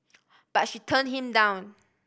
but she turned him down